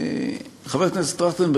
חבר הכנסת טרכטנברג,